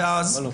ואז?